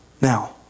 Now